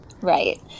Right